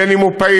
בין שהוא פעיל,